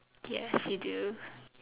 yes we do